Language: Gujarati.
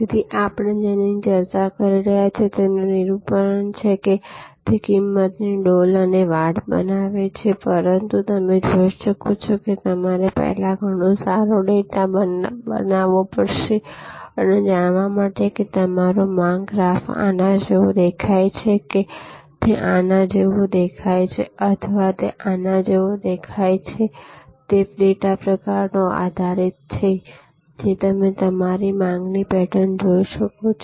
તેથી આ આપણે જેની ચર્ચા કરી રહ્યા છીએ તેનું નિરૂપણ છેતે કિંમતની ડોલ અને વાડ બનાવે છે પરંતુ તમે જોઈ શકો છો કે તમારે પહેલા ઘણો સારો ડેટા બનાવવો પડશે તે જાણવા માટે કે તમારો માંગ ગ્રાફ આના જેવો દેખાય છે કે તે આના જેવો દેખાય છે અથવા તે આના જેવો દેખાય છેતે ડેટાના પ્રકાર પર આધારિત છે જે તમે તમારી માંગની પેટર્ન જોઈ છે